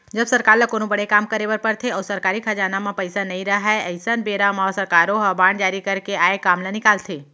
जब सरकार ल कोनो बड़े काम करे बर परथे अउ सरकारी खजाना म पइसा नइ रहय अइसन बेरा म सरकारो ह बांड जारी करके आए काम ल निकालथे